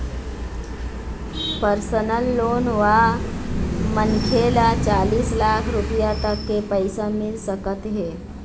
personal loan म मनखे ल चालीस लाख रूपिया तक के पइसा मिल सकत हे